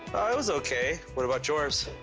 it was okay, what about yours?